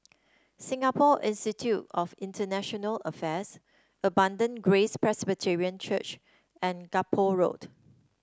Singapore Institute of International Affairs Abundant Grace Presbyterian Church and Gallop Road